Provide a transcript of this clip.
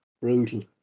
brutal